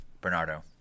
Bernardo